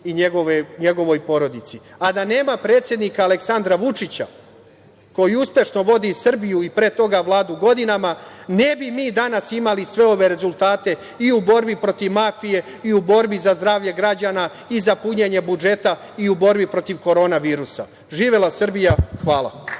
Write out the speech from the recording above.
i njegovoj porodici. Da nema predsednika Aleksandra Vučića koji uspešno vodi Srbiju, i pre toga Vladu godinama, ne bi mi danas imali sve ove rezultate, i u borbi protiv mafije i u borbi za zdravlje građana i za punjene budžeta i u borbi protiv korona virusa. Živela Srbija. Hvala.